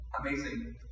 Amazing